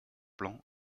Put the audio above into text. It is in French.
plan